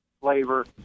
flavor